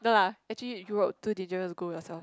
no lah actually Europe too dangerous go yourself